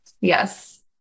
Yes